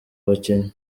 abakinnyi